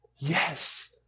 Yes